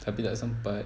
tapi tak sempat